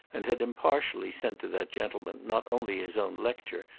and had impartially sent to that gentleman not only his own lecture,